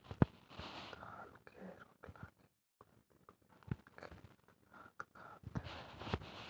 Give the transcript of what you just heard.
धान के रोपला के केतना दिन के बाद खाद देबै?